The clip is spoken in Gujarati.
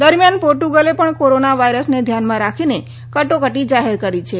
દરમિયાન પોર્ટગલે પણ કોરોના વાયરસને ધ્યાનમાં રાખીને કટોકટી જાહેર કરી છે